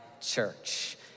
church